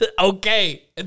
okay